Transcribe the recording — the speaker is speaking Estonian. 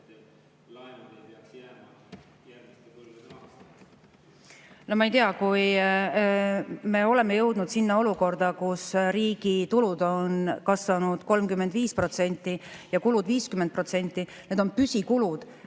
ma ei tea, kui me oleme jõudnud sinna olukorda, kus riigi tulud on kasvanud 35% ja kulud 50% … Need on püsikulud,